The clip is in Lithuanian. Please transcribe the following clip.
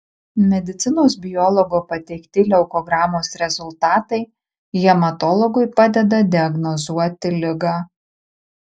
medicinos biologo pateikti leukogramos rezultatai hematologui padeda diagnozuoti ligą